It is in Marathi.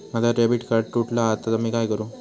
माझा डेबिट कार्ड तुटला हा आता मी काय करू?